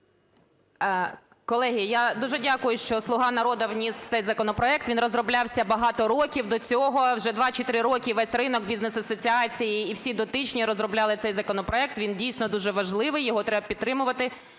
Колеги, я дуже дякую, що "Слуга народу" вніс цей законопроект. Він розроблявся багато років до цього, вже 2 чи 3 роки весь ринок, бізнес-асоціації і всі дотичні розробляли цей законопроект, він дійсно дуже важливий, його треба підтримувати.